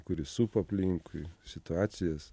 kuri supa aplinkui situacijas